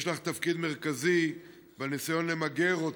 יש לך תפקיד מרכזי בניסיון למגר אותה.